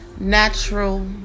natural